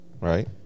right